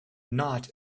not